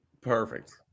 Perfect